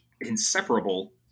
inseparable